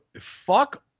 fuck